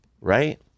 right